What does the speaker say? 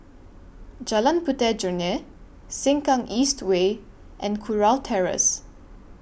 Jalan Puteh Jerneh Sengkang East Way and Kurau Terrace